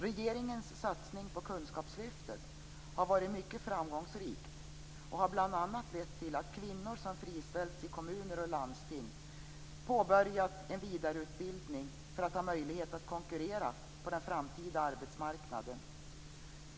Regeringens satsning på kunskapslyftet har varit mycket framgångsrik och har bl.a. lett till att kvinnor som friställts i kommuner och landsting har påbörjat en vidareutbildning för att ha möjlighet att konkurrera på den framtida arbetsmarknaden.